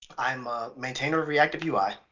i'm a maintainer of reactiveui.